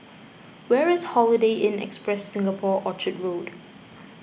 where is Holiday Inn Express Singapore Orchard Road